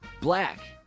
Black